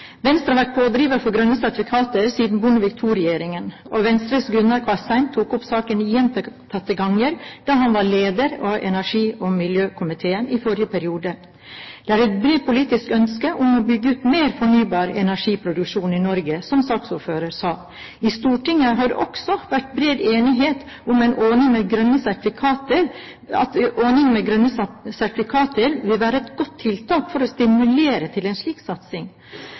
Venstre har vært pådriver for grønne sertifikater siden Bondevik II-regjeringen. Venstres Gunnar Kvassheim tok opp saken gjentatte ganger da han var leder av energi- og miljøkomiteen i forrige periode. Det er et bredt politisk ønske om å bygge ut mer fornybar energiproduksjon i Norge, som saksordføreren sa. I Stortinget har det også vært bred enighet om en ordning med grønne sertifikater. Ordningen med grønne sertifikater vil være et godt tiltak for å stimulere til en slik satsing.